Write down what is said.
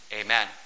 Amen